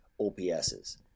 OPSs